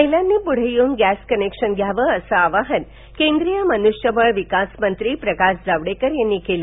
महिलांनी पुढ येऊन गॅस कनेक्शन घ्यावं असं आवाहन केंद्रीय मनुष्यबळ विकास मंत्री प्रकाश जावडेकर यांनी केलं